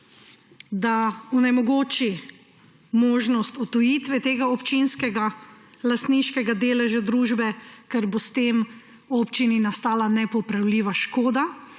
da onemogoči možnost odtujitve tega občinskega lastniškega deleža družbe, ker bo s tem občini nastala nepopravljiva škoda,